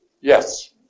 Yes